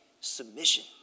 submission